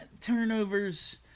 turnovers